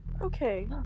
Okay